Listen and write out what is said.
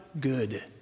good